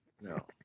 no